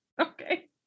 Okay